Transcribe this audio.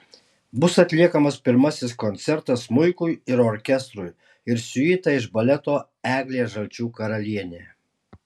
bus atliekamas pirmasis koncertas smuikui ir orkestrui ir siuita iš baleto eglė žalčių karalienė